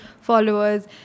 followers